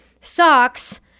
socks